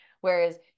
Whereas